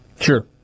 Sure